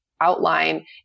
outline